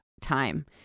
time